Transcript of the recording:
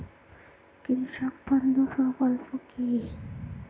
কৃষক বন্ধু প্রকল্প কি?